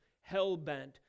hell-bent